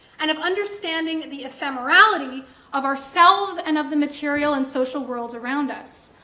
and of understanding the ephemerality of ourselves and of the material and social worlds around us.